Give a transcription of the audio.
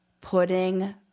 putting